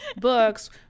books